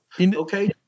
Okay